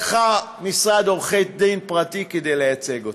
לקחה משרד עורכי דין פרטי כדי לייצג אותה.